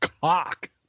cock